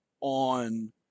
on